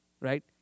Right